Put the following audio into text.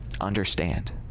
understand